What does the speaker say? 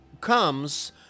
comes